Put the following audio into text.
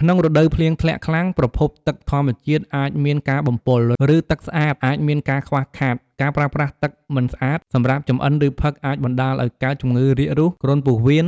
ក្នុងរដូវភ្លៀងធ្លាក់ខ្លាំង ប្រភពទឹកធម្មជាតិអាចមានការបំពុល ឬទឹកស្អាតអាចមានការខ្វះខាត ការប្រើប្រាស់ទឹកមិនស្អាតសម្រាប់ចម្អិនឬផឹក អាចបណ្តាលឱ្យកើត ជំងឺរាគរូស គ្រុនពោះវៀន